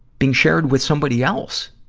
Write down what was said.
being shared with somebody else.